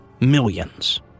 millions